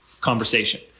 conversation